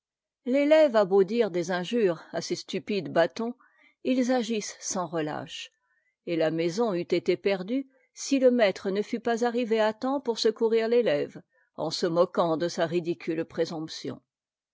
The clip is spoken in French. l'élève a beau dire des injures à ces stupides bâtons ils agissent sans reiache et la maison eût été perdue si le maître ne fût pas arrivé à temps pour secourir é ève en se moquant de sa ridicule présomption